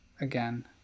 again